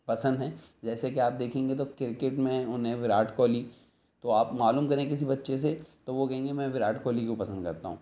پسند ہیں جیسے کہ آپ دیکھیں گے تو کرکٹ میں انہیں وراٹ کوہلی تو آپ معلوم کریں کسی بچے سے تو وہ کہیں گے کہ میں وراٹ کوہلی کو پسند کرتا ہوں